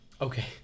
Okay